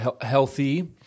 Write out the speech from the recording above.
healthy